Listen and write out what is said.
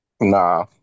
Nah